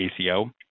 ACO